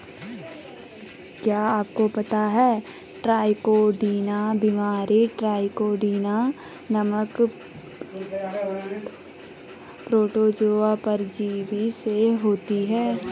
क्या आपको पता है ट्राइकोडीना बीमारी ट्राइकोडीना नामक प्रोटोजोआ परजीवी से होती है?